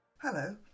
Hello